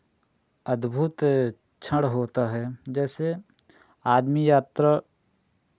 अद्भुत क्षण होता है जैसे आदमी यात्रा